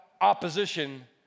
opposition